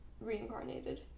Reincarnated